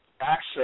access